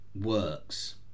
works